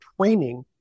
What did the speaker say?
training